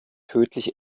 tödlich